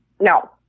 No